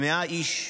כ-100 איש,